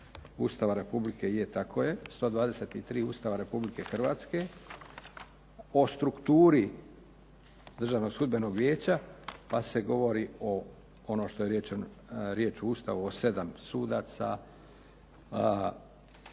samo razrađuje odredba članka 123. Ustava Republike Hrvatske o strukturi Državnog sudbenog vijeća pa se govori o, ono što je riječ u Ustavu, o sedam sudaca,